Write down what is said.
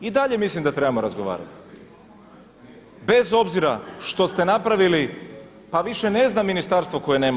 I dalje mislim da trebamo razgovarati bez obzira što ste napravili, pa više ne znam ministarstvo koje nema.